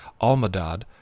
Almadad